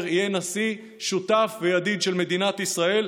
יהיה נשיא שותף וידיד של מדינת ישראל,